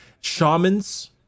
shamans